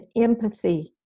empathy